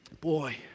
Boy